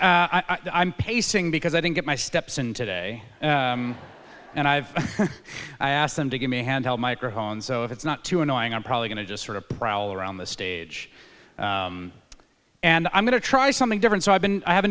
i'm pacing because i didn't get my steps in today and i've i asked them to give me a handheld microphone so if it's not too annoying i'm probably going to just sort of prowl around the stage and i'm going to try something different so i've been i have a